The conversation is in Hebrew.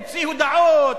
הוציא הודעות,